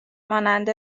مانند